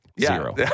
zero